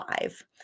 five